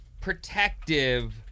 protective